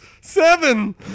seven